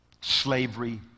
Slavery